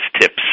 tips